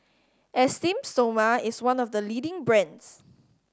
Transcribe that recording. Esteem Stoma is one of the leading brands